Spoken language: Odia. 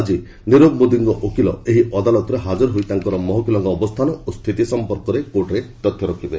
ଆଜି ନିରବ ମୋଦିଙ୍କ ଓକିଲ ଏହି ଅଦାଲତରେ ହାଜର ହୋଇ ତାଙ୍କର ମହକିଲଙ୍କ ଅବସ୍ଥାନ ଓ ସ୍ଥିତି ସଂପର୍କରେ କୋର୍ଟରେ ତଥ୍ୟ ରଖିବେ